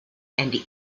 and